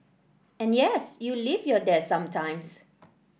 and yes you leave your desk sometimes